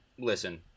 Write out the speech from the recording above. Listen